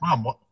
mom